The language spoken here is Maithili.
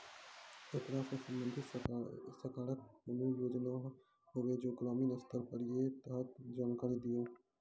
ऐकरा सऽ संबंधित सरकारक कूनू योजना होवे जे ग्रामीण स्तर पर ये तऽ जानकारी दियो?